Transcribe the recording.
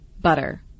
butter